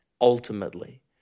Ultimately